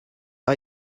are